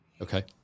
Okay